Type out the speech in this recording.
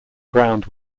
ground